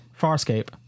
Farscape